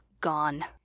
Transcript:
gone